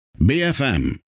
BFM